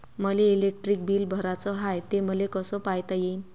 मले electric bill भराचं हाय, ते मले कस पायता येईन?